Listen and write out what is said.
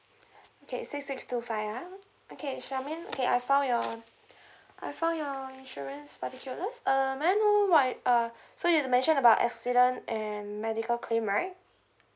okay six six two five ah okay charmaine okay I found your I found your insurance particulars uh may I know why uh so you mention about accident and medical claim right